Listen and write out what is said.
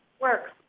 works